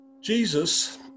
Jesus